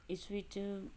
ਇਸ ਵਿੱਚ